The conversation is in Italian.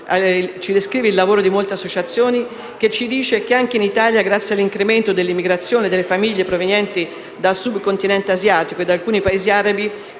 ci descrive il lavoro di molte associazioni, che ci dice che anche in Italia, a causa dell'incremento dell'immigrazione delle famiglie provenienti dal subcontinente asiatico e da alcuni ai Paesi arabi,